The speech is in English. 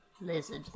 Lizard